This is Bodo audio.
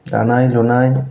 दानाय लुनाय